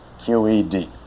QED